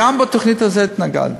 גם לתוכנית הזאת התנגדתי,